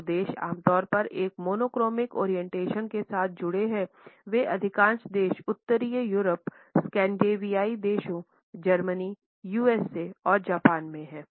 जो देश आमतौर पर एक मोनोक्रोनिक ओरिएंटेशन के साथ जुड़े हैंवो अधिकांश देश उत्तरी यूरोप स्कैंडिनेवियाई देशों जर्मनी यूएसए और जापान में हैं